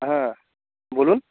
হ্যাঁ বলুন